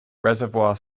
reservoir